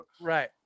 Right